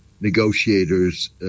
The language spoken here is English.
negotiators